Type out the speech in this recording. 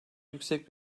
yüksek